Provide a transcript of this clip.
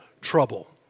trouble